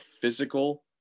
physical